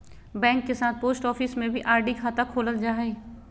bank के साथ post office में भी आर.डी खाता खोलल जा हइ